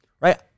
Right